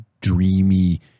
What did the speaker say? dreamy